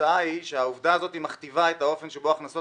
התוצאה היא שהעובדה הזאת מכתיבה את האופן שבו הכנסות